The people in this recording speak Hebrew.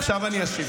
עכשיו אשיב.